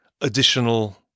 additional